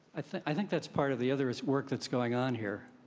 i think that's part of the other is work that's going on here.